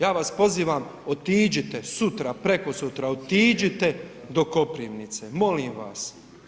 Ja vas pozivam otiđite sutra, prekosutra otiđite do Koprivnice, molim vas.